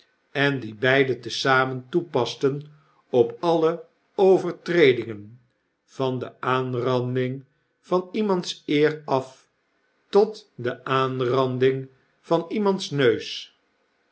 en die beide te zamen toepasten op alle overtredingen van de aanranding van iemands eer af tot de aanranding van iemands neusl